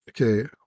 Okay